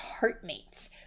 heartmates